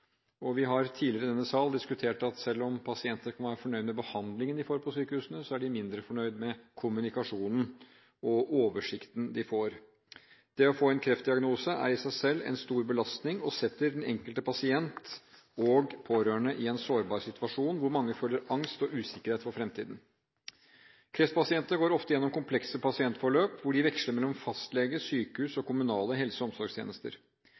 Vi har tidligere i denne sal diskutert at selv om pasienter kan være fornøyd med behandlingen de får på sykehusene, er de mindre fornøyd med kommunikasjonen og oversikten de får. Det å få en kreftdiagnose er i seg selv en stor belastning og setter den enkelte pasient og pårørende i en sårbar situasjon, hvor mange føler angst og usikkerhet for fremtiden. Kreftpasienter går ofte gjennom komplekse pasientforløp, hvor de veksler mellom fastlege, sykehus og kommunale helse- og omsorgstjenester.